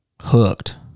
hooked